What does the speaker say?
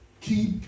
keep